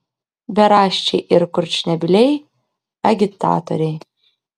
beraščiai ir kurčnebyliai agitatoriai